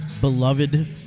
beloved